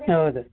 ಹೌದು